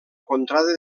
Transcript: contrada